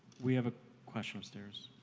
we have a question upstairs.